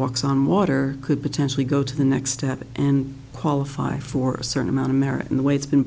walks on water could potentially go to the next step and qualify for a certain amount of merit in the way it's been